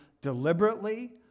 deliberately